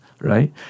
right